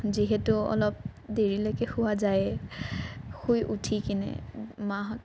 যিহেতু অলপ দেৰিলৈকে শোৱা যায়ে শুই উঠি কিনে মাহঁত